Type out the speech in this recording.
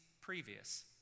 previous